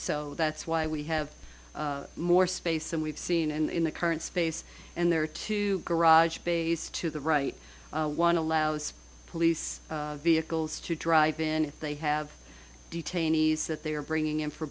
so that's why we have more space than we've seen in the current space and there are two garage bays to the right one allows police vehicles to drive in they have detainees that they are bringing in for